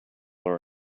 are